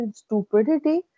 stupidity